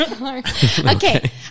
Okay